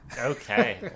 okay